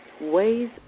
ways